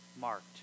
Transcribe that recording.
marked